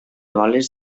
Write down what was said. boles